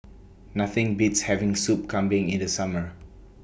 Nothing Beats having Soup Kambing in The Summer